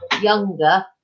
younger